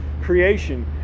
creation